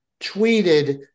tweeted